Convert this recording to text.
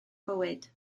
bywyd